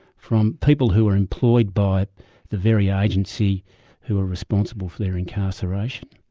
from people who are employed by the very agency who are responsible for their incarceration.